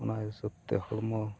ᱚᱱᱟ ᱦᱤᱥᱟᱹᱵ ᱛᱮ ᱦᱚᱲᱢᱚ